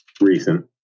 Recent